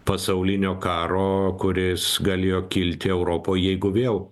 pasaulinio karo kuris galėjo kilti europoj jeigu vėl